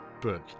book